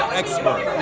expert